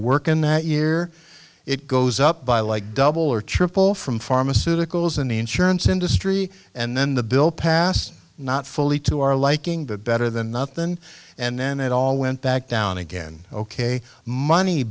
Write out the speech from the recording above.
working that year it goes up by like double or triple from pharmaceuticals in the insurance industry and then the bill passed not fully to our liking that better than nothing and then it all went back down again ok money